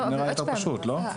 הרבה יותר פשוט, לא?